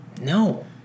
No